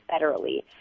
federally